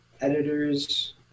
Editors